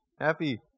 happy